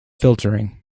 filtering